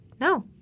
No